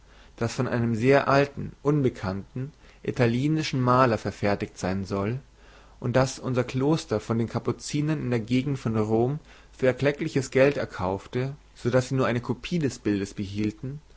das von einem sehr alten unbekannten italienischen maler verfertigt sein soll und das unser kloster von den kapuzinern in der gegend von rom für erkleckliches geld erkaufte so daß sie nur eine kopie des bildes behielten